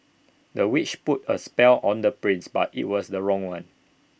the witch put A spell on the prince but IT was the wrong one